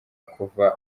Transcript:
kuva